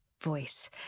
voice